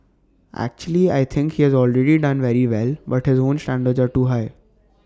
actually I think he has already done very well but his own standards are too high